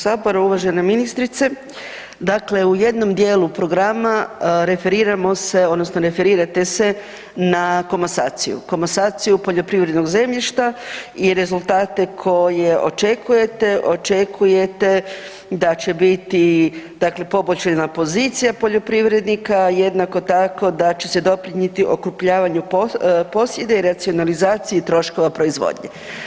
Uvažena ministrice, dakle u jednom dijelu programa referiramo se odnosno referirate se na komasaciju, komasaciju poljoprivrednog zemljišta i rezultate koje očekujete, očekujete da će biti dakle poboljšana pozicija pozicija, a jednako tako da će se doprinjeti okrupljavanju posjeda i racionalizaciji troškova proizvodnje.